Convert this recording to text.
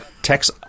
Text